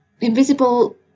invisible